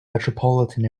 metropolitan